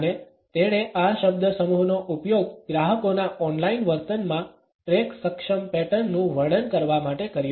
અને તેણે આ શબ્દસમૂહનો ઉપયોગ ગ્રાહકોના ઓનલાઇન વર્તનમાં ટ્રેક સક્ષમ પેટર્ન નું વર્ણન કરવા માટે કર્યો